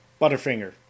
Butterfinger